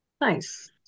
Nice